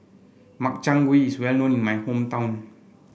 Makchang Gui is well known in my hometown